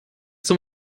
zum